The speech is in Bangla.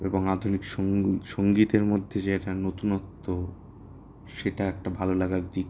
এবং আধুনিক সংগীতের মধ্যে যে একটা নতুনত্ব সেটা একটা ভালো লাগার দিক